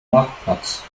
marktplatz